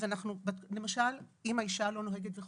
אם היא לא נוהגת,